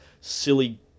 silly